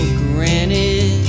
granted